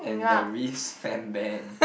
and the Reese Fambam